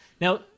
Now